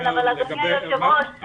כן אבל אדוני היו"ר,